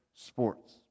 Sports